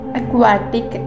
aquatic